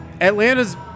Atlanta's